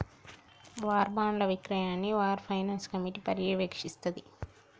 war బాండ్ల విక్రయాన్ని war finance committee పర్యవేక్షిస్తాంది